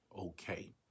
okay